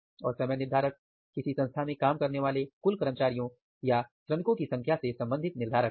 और समय निर्धारक किसी संस्था में काम करने वाले कुल कर्मचारियों या श्रमिकों की संख्या से संबंधित निर्धारक है